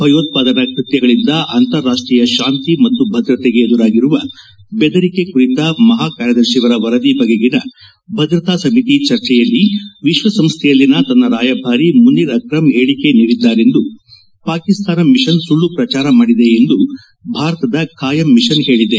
ಭಯೋತ್ವಾದನಾ ಕೃತ್ಯಗಳಿಂದ ಅಂತಾರಾಷ್ಷೀಯ ಶಾಂತಿ ಮತ್ತು ಭದ್ರತೆಗೆ ಎದುರಾಗಿರುವ ಬೆದರಿಕೆ ಕುರಿತ ಮಹಾ ಕಾರ್ನದರ್ಶಿಯವರ ವರದಿ ಬಗೆಗಿನ ಭದ್ರತಾ ಸಮಿತಿ ಚರ್ಚೆಯಲ್ಲಿ ವಿಶ್ವ ಸಂಸ್ಥೆಯಲ್ಲಿನ ತನ್ನ ರಾಯಭಾರಿ ಮುನಿರ್ ಆಕ್ರಮ್ ಹೇಳಕೆ ನೀಡಿದ್ಗಾರೆಂದು ಪಾಕಿಸ್ತಾನ ಮಿಷನ್ ಸುಳ್ಲ ಪ್ರಚಾರ ಮಾಡಿದೆ ಎಂದು ಭಾರತದ ಖಾಯಂ ಮಿಷನ್ ಹೇಳಿದೆ